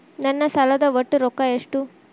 ನನ್ನ ಸಾಲದ ಒಟ್ಟ ರೊಕ್ಕ ಎಷ್ಟು?